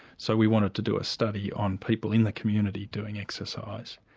so we wanted to do a study on people in the community doing exercise.